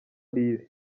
lille